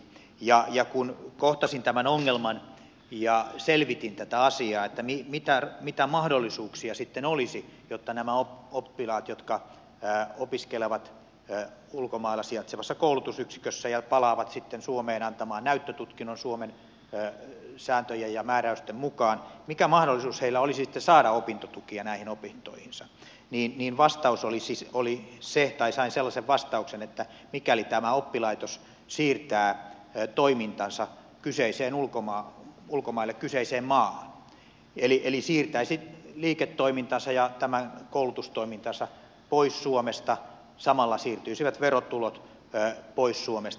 ja kun kohtasin tämän ongelman ja selvitin tätä asiaa että mitä mahdollisuuksia sitten olisi näillä oppilailla jotka opiskelevat ulkomailla sijaitsevassa koulutusyksikössä ja palaavat sitten suomeen antamaan näyttötutkinnon suomen sääntöjen ja määräysten mukaan saada opintotukia näihin opintoihinsa viiniin vastaus olisi se oli se niin sain sellaisen vastauksen että mikäli tämä oppilaitos siirtää toimintansa ulkomaille kyseiseen maahan eli siirtäisi liiketoimintansa ja tämän koulutustoimintansa pois suomesta samalla siirtyisivät verotulot pois suomesta